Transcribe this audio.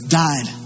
died